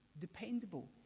dependable